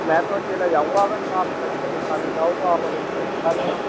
میں تو اکیلا جاؤں گا اگر آپ الگ سے بٹھانا چاہو تو آپ الگ سے بٹھا لینا